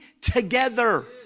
together